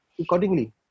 accordingly